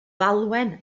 falwen